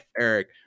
Eric